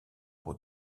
pour